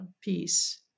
peace